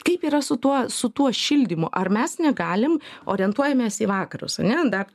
kaip yra su tuo su tuo šildymu ar mes negalim orientuojamės į vakarus ane dar